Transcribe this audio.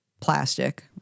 plastic—